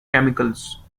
chemicals